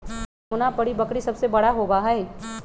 जमुनापारी बकरी सबसे बड़ा होबा हई